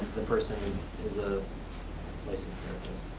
the person is a licensed